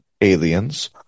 aliens